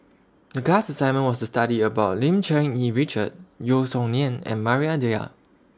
The class assignment was to study about Lim Cherng Yih Richard Yeo Song Nian and Maria Dyer